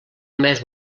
més